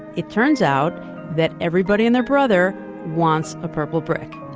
it turns out that everybody and their brother wants a purple brick.